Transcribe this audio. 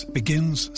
begins